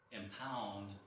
impound